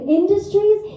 industries